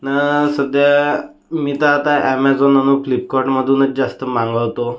आणि सध्या मी तर आता ॲमेझॉन आणि फ्लिपकार्टमधूनच जास्त मागवतो